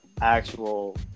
actual